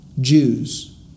Jews